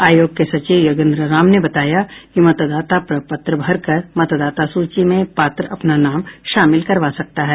आयोग के सचिव योगेन्द्र राम ने बताया कि मतदाता प्रपत्र भरकर मतदाता सूची में पात्र अपना नाम शामिल करवा सकता है